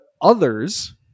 others